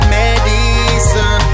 medicine